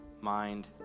mind